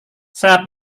saya